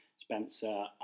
Spencer